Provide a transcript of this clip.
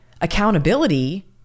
accountability